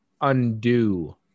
undo